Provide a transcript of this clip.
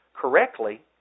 correctly